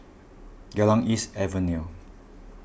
Geylang East Avenue